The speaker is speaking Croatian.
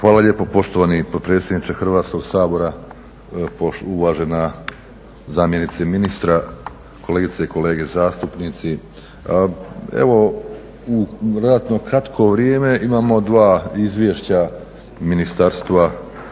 Hvala lijepo poštovani potpredsjedniče Hrvatskog sabora. Uvažena zamjenica ministra, kolegice i kolege zastupnici. Evo u relativno kratko vrijeme imamo dva izvješća Ministarstva obrane